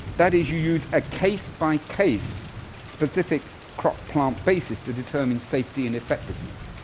that is you use a case by case specific crop plant basis to determine safety and effectiveness,